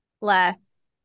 Less